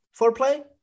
foreplay